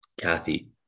Kathy